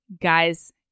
guys